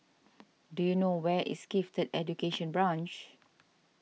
do you know where is Gifted Education Branch